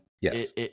Yes